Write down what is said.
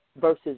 versus